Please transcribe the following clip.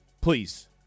please